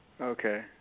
Okay